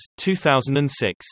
2006